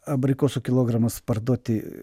abrikosų kilogramas parduoti